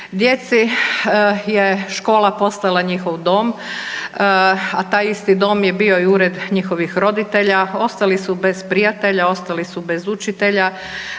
Djeci je škola postala njihov dom, a taj isti dom je bio i ured njihovih roditelja, ostali su bez prijatelja, ostali su bez učitelja,